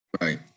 Right